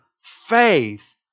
faith